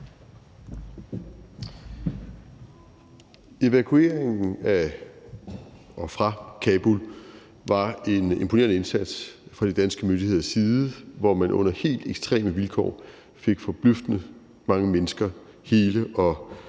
Evakueringen af og fra Kabul var en imponerende indsats fra de danske myndigheders side, hvor man under helt ekstreme vilkår fik forbløffende mange mennesker hele og